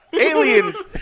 aliens